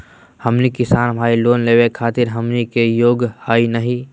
हमनी किसान भईल, लोन लेवे खातीर हमनी के योग्य हई नहीं?